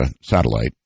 satellite